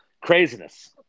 craziness